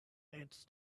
its